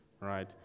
right